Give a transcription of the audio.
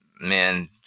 Man